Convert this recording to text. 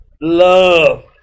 love